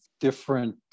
different